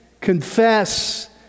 confess